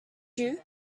you